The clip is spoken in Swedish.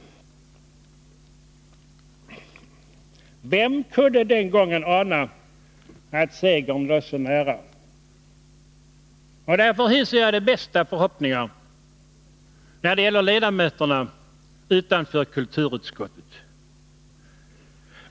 Vem kunde den gången ana att segern var så nära. Därför hyser jag de bästa förhoppningar när det gäller riksdagens ledamöter utanför kulturutskottet.